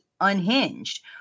unhinged